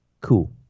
Cool